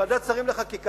ועדת שרים לחקיקה,